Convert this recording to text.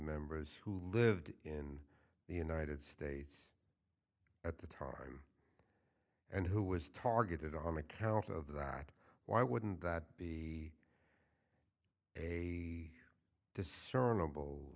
members who lived in the united states at the time and who was targeted on account of the fact why wouldn't that be a discernible